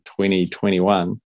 2021